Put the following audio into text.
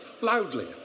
loudly